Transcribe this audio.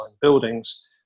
buildings